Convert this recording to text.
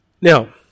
Now